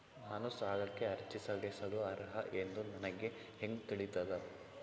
ನಾನು ಸಾಲಕ್ಕೆ ಅರ್ಜಿ ಸಲ್ಲಿಸಲು ಅರ್ಹ ಎಂದು ನನಗೆ ಹೆಂಗ್ ತಿಳಿತದ?